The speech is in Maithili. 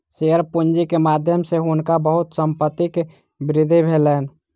शेयर पूंजी के माध्यम सॅ हुनका बहुत संपत्तिक वृद्धि भेलैन